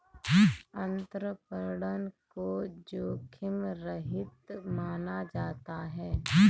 अंतरपणन को जोखिम रहित माना जाता है